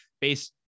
based